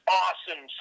awesome